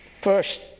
First